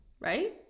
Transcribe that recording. right